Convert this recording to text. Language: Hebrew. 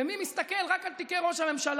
ומי מסתכל רק על תיקי ראש הממשלה,